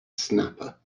snapper